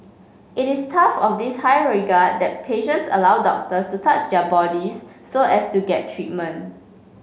it is tough of this high regard that patients allow doctors to touch their bodies so as to get treatment